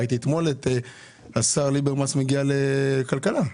ראיתי אתמול את השר ליברמן מגיע לוועדת הכלכלה.